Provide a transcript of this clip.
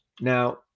Now